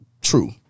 true